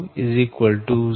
0242log 0